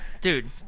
dude